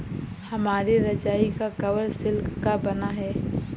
हमारी रजाई का कवर सिल्क का बना है